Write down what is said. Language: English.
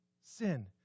sin